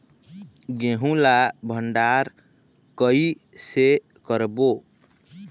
गेहूं ला भंडार कई से करबो?